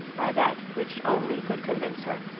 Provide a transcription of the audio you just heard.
by that which only could convince her,